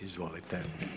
Izvolite.